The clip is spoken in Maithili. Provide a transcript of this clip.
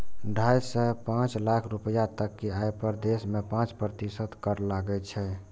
ढाइ सं पांच लाख रुपैया तक के आय पर देश मे पांच प्रतिशत कर लागै छै